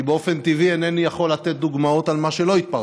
כי באופן טבעי אינני יכול לתת דוגמאות על מה שלא התפרסם.